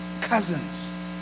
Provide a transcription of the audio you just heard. cousins